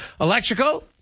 Electrical